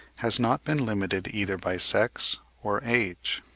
has not been limited either by sex or age.